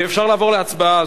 אפשר לעבור להצבעה.